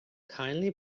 kindly